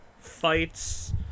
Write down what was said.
fights